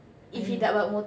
mm